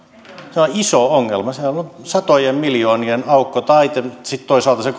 on iso ongelma sehän on satojen miljoonien aukko sitten toisaalta on se